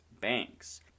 banks